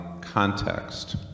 context